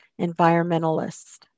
environmentalist